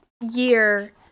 year